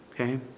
okay